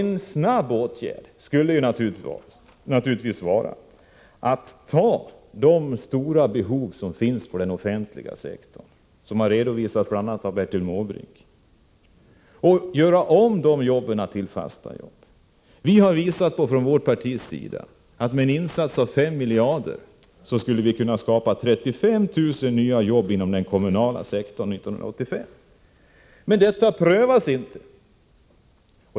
En snabb åtgärd skulle naturligtvis vara att ta fasta på de stora behov som finns inom den offentliga sektorn — och som har redovisats av bl.a. Bertil Måbrink — och göra om de tillfälliga arbetena till fasta anställningar. Vårt parti har visat att vi skulle kunna skapa 35 000 nya arbeten inom den kommunala sektorn 1985 med en insats av 5 miljarder kronor. Men detta prövas inte.